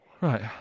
right